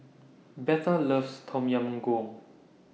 Betha loves Tom Yam Goong